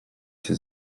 się